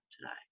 today